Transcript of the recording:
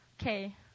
Okay